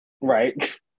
Right